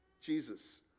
Jesus